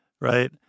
right